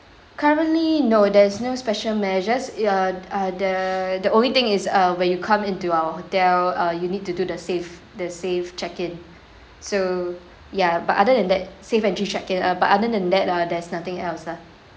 currently no there's no special measures i~ y~ uh the the only thing is uh when you come in to our hotel uh you need to do the safe the safe check in so ya but other than that safe entry check in uh but other than that ah there's nothing else lah